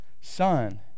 Son